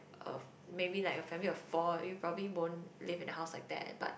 um maybe like a family of four we probably won't live in a house like that but